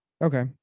Okay